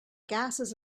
gases